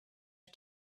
her